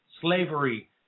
Slavery